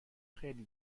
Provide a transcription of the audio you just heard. خیلی